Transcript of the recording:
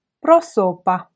prosopa